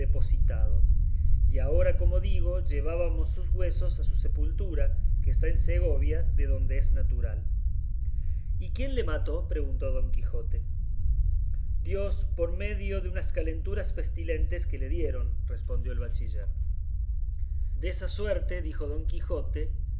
y ahora como digo llevábamos sus huesos a su sepultura que está en segovia de donde es natural y quién le mató preguntó don quijote dios por medio de unas calenturas pestilentes que le dieron respondió el bachiller desa suerte dijo don quijote